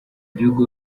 gihugu